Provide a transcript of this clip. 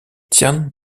tian